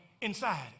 inside